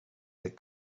that